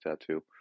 tattoo